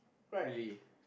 really